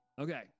Okay